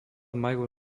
majú